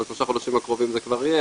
אז בשלושה חודשים הקרובים זה כבר יהיה,